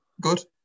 good